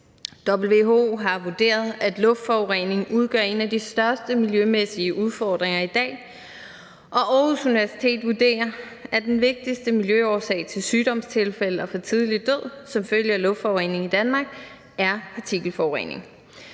WHO har vurderet, at luftforurening udgør en af de største miljømæssige udfordringer i dag, og Aarhus Universitet vurderer, at den vigtigste miljøårsag til sygdomstilfælde og for tidlig død som følge af luftforureningen i Danmark er partikelforurening.